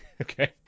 Okay